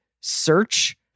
search